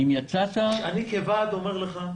כאיש ועד אני אומר לך: